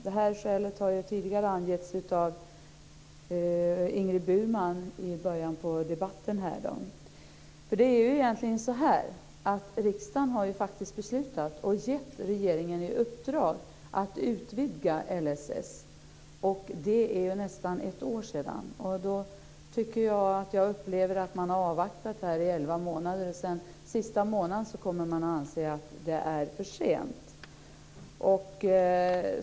Det här skälet har ju tidigare angetts av Ingrid Burman i början av debatten. Det är ju egentligen så här: Riksdagen har faktiskt beslutat och gett regeringen i uppdrag att utvidga LSS, och det är nästan ett år sedan. Då upplever jag att man har avvaktat här i elva månader för att sista månaden komma och anse att det är för sent.